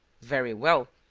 very well.